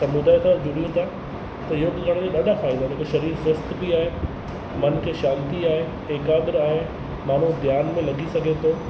समुदाय सां जुड़ूं था त योगु करण में ॾाढा फ़ाइदा आहिनि हिकु शरीरु सुवस्थ बि आहे मन खे शांति आहे एकाग्रह आहे माण्हू ध्यान में लॻी सघे थो